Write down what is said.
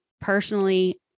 personally